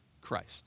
Christ